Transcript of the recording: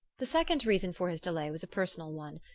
the second reason for his delay was a personal one.